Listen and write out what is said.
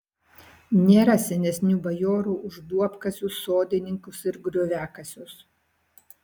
nėra senesnių bajorų už duobkasius sodininkus ir grioviakasius